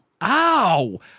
ow